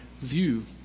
view